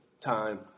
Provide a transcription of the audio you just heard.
time